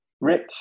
rich